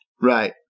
Right